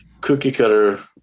cookie-cutter